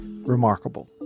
Remarkable